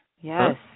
Yes